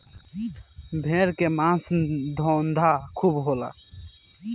भेड़ के मांस के धंधा खूब होला